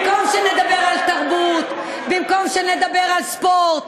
במקום שנדבר על תרבות, במקום שנדבר על ספורט.